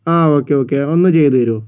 ആ ഓക്കേ ഒക്കെ ഒന്ന് ചെയ്തു തരുമോ